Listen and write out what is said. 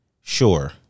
sure